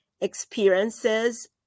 experiences